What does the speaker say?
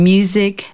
Music